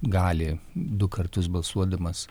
gali du kartus balsuodamas